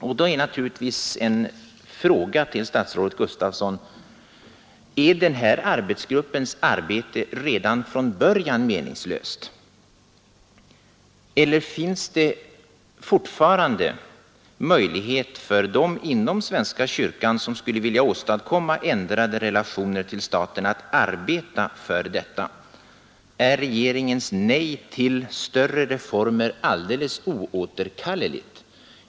Och då blir det naturligt att fråga statsrådet Gustafsson: Är den här arbetsgruppens arbete redan från början meningslöst? Eller finns det fortfarande möjlighet för dem inom svenska kyrkan som skulle vilja åstadkomma ändrade relationer till staten att arbeta för detta? Är regeringens nej till större reformer alldeles oåterkalleligt?